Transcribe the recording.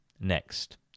next